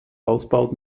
alsbald